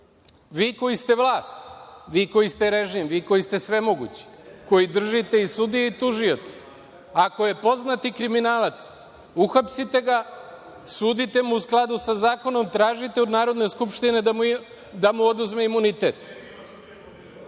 koji ste vlast, vi koji ste režim, vi koji ste svemogući, koji držite i sudije i tužioce, ako je poznati kriminalac, uhapsite ga, sudite mu u skladu sa zakonom, tražite od Narodne skupštine da mu oduzme imunitet. Ne